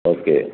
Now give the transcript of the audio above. okay